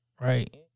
right